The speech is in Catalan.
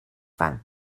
fang